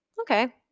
Okay